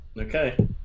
Okay